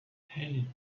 hey